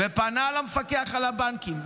הוא פנה למפקח על הבנקים,